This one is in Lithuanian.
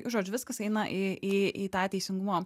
žodžiu viskas eina į į į tą teisingumo